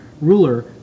ruler